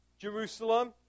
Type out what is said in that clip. Jerusalem